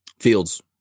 fields